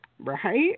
Right